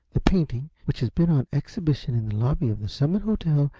the painting, which has been on exhibition in the lobby of the summit hotel,